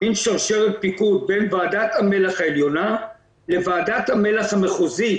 שרשרת פיקוד בין ועדת המל"ח העליונה לוועדת המל"ח המחוזית